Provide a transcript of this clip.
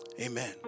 Amen